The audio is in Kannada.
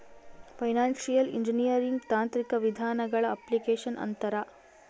ಫೈನಾನ್ಶಿಯಲ್ ಇಂಜಿನಿಯರಿಂಗ್ ತಾಂತ್ರಿಕ ವಿಧಾನಗಳ ಅಪ್ಲಿಕೇಶನ್ ಅಂತಾರ